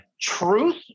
truth